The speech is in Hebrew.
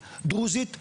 דרוזית,